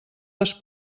les